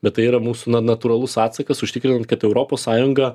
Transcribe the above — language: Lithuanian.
bet tai yra mūsų na natūralus atsakas užtikrinant kad europos sąjunga